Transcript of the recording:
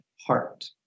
heart